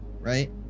Right